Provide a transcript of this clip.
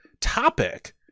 topic